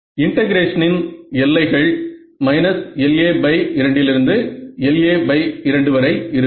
இன்டெகிரேஷனின் எல்லைகள் LA2லிருந்து LA2 வரை இருக்கும்